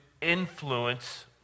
influence